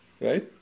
right